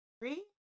three